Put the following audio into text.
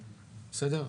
בסדר,